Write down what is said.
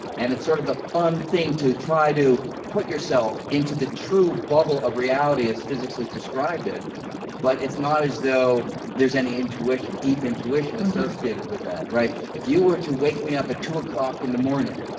and it's sort of a fun thing to try to put yourself into the true bubble of reality as physics has described it but it's not as though there's any intuition, deep intuition associated with that. if you were to wake me up at two ah zero in the morning,